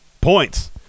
points